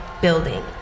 building